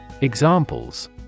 Examples